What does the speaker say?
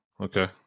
okay